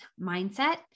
mindset